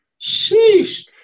Sheesh